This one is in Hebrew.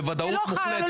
בוודאות מוחלטת.